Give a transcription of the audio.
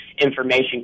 information